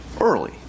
early